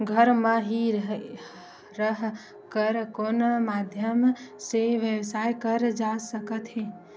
घर म हि रह कर कोन माध्यम से व्यवसाय करे जा सकत हे?